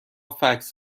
فکس